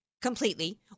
completely